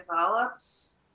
develops